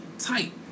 tight